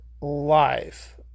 life